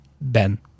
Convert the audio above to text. Ben